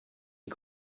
die